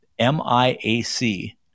MIAC